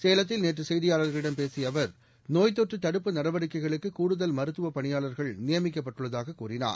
சேலத்தில் நேற்று செய்தியாளர்களிடம் பேசிய அவர் நோய்த்தொற்று தடுப்பு நடவடிக்கைகளுக்கு கூடுதல் மருத்துவ பணியாளர்கள் நியமிக்கப்பட்டுள்ளதாகக் கூறினார்